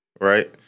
right